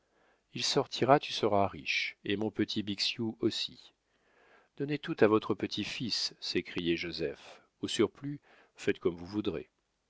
il sortira tu seras riche et mon petit bixiou aussi donnez tout à votre petit-fils s'écriait joseph au surplus faites comme vous voudrez